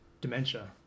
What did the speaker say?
dementia